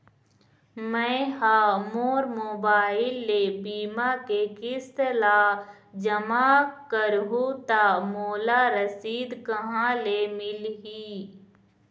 मैं हा मोर मोबाइल ले बीमा के किस्त ला जमा कर हु ता मोला रसीद कहां ले मिल ही?